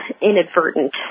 inadvertent